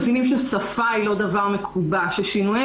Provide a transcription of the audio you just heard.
מבינים ששפה היא לא דבר מקובע וששינויי